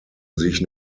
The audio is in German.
sich